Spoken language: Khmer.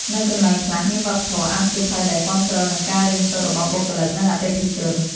នៅកន្លែងខ្លះមានវប្បធម៌អានសៀវភៅដែលគាំទ្រនឹងការរៀនសូត្ររបស់បុគ្គលិក និងអតិថិជន។